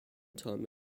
time